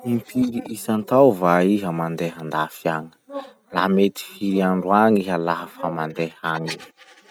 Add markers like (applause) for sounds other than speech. (noise) Impiry isantao va iha mandeha andafy any? La mety firy andro any iha lafa mandeha agny?